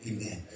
Amen